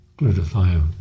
glutathione